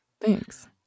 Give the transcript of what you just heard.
Thanks